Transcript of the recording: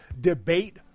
debate